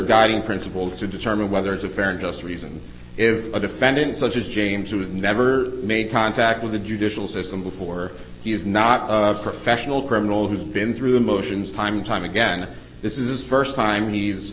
guiding principles to determine whether it's a fair and just reason if a defendant such as james who never made contact with the judicial system before he is not a professional criminal who's been through the motions time and time again this is first time he